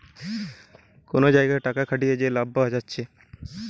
কুনো জাগাতে টাকা খাটিয়ে যে লাভ পায়া যাচ্ছে